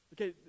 Okay